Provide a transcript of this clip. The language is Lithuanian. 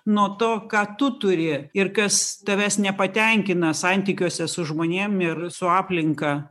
nuo to ką tu turi ir kas tavęs nepatenkina santykiuose su žmonėm ir su aplinka